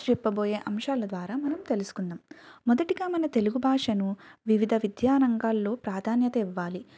చెప్పబోయే అంశాల ద్వారా మనం తెలుసుకుందాం మొదటిగా మనం తెలుగు భాషను వివిధ విద్యా రంగాల్లో ప్రాధాన్యత ఇవ్వాలి